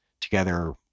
together